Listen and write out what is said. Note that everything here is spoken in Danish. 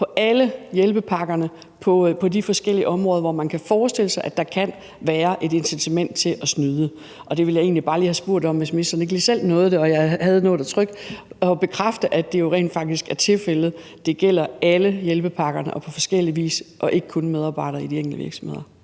af alle hjælpepakkerne på de forskellige områder, hvor man kan forestille sig, at der kan være et incitament til at snyde. Det ville jeg egentlig bare lige have spurgt om, hvis ministeren ikke lige selv havde nået det, og jeg havde nået at trykke. Jeg vil bede ham om at bekræfte, at det rent faktisk er tilfældet, at det gælder alle hjælpepakkerne og på forskellig vis og ikke kun medarbejdere i de enkelte virksomheder.